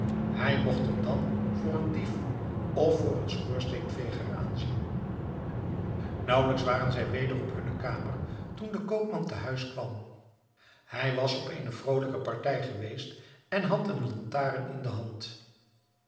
hij mogt hem dan voor een dief of voor een schoorsteenveger aanzien naauwelijks waren zij weder op hunne kamer toen de koopman te huis kwam hij was op eene vrolijke partij geweest en had eene lantaarn in de hand